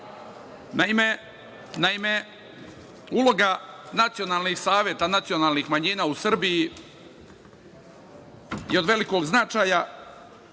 svetu. Naime, uloga nacionalnih saveta nacionalnih manjina u Srbiji je od velikog značaja